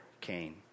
Cain